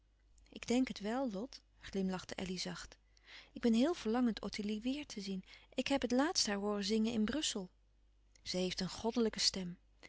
ik denk het wel lot glimlachte elly zacht ik ben heel verlangend ottilie weêr te zien ik heb het laatst haar hooren zingen in brussel ze heeft een goddelijke stem